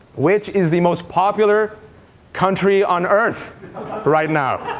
which is the most popular country on earth right now.